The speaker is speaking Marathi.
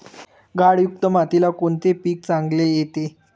गाळयुक्त मातीत कोणते पीक चांगले येते?